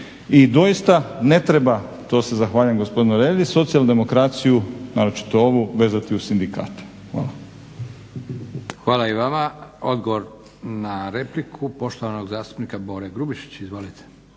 I doista ne treba, to se zahvaljujem gospodinu Hrelji, socijaldemokraciju naročito ovu vezati uz sindikate. Hvala. **Leko, Josip (SDP)** Hvala i vama. Odgovor na repliku poštovanog zastupnika Bore Grubišića. Izvolite.